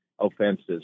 offenses